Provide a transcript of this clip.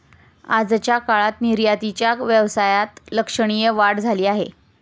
आजच्या काळात निर्यातीच्या व्यवसायात लक्षणीय वाढ झाली आहे